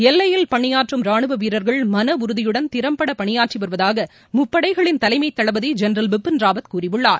எல்லையில் பணியாற்றும் ரானுவ வீரர்கள் மனஉறுதியுடன் திறம்பட பணியாற்றி வருவதாக முப்படைகளின் தலைமை தளபதி ஜென்ரல் பிபின் ராவத் கூறியுள்ளார்